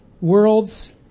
worlds